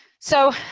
so,